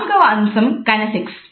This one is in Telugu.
నాలుగవ అంశం కైనేసిక్స్